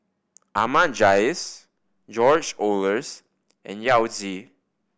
Ahmad Jais George Oehlers and Yao Zi